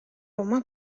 rumah